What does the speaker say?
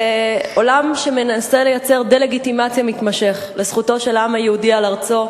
בעולם שמנסה לייצר דה-לגיטימציה מתמשכת לזכותו של העם היהודי על ארצו,